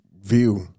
view